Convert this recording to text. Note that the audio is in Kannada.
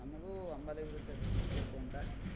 ನಮಗೂ ಹಂಬಲವಿರುತ್ತದೆ ಹುಡುಕಬೇಕು ಅಂತ